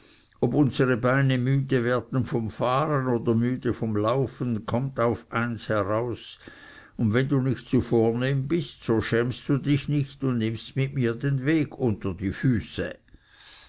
ob unsere beine müde werden vom fahren oder müde vom laufen kommt auf eins heraus und wenn du nicht zu vornehm bist so schämst dich nicht und nimmst mit mir den weg unter die füße